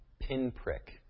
pinprick